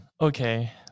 okay